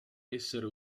essere